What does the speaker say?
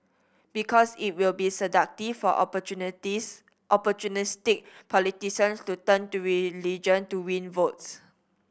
because it will be seductive for opportunities opportunistic politicians to turn to religion to win votes